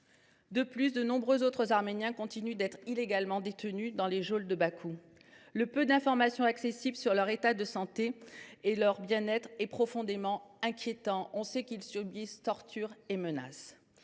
De nombreux autres Arméniens continuent d’être illégalement détenus dans les geôles de Bakou. Le peu d’informations accessibles sur leur état de santé et leur bien être est profondément inquiétant. On sait qu’ils subissent tortures et menaces.